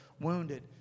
wounded